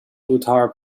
uttar